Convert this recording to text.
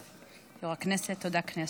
כנסת.